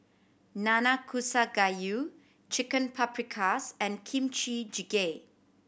Nanakusa Gayu Chicken Paprikas and Kimchi Jjigae